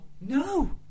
No